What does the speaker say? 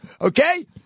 Okay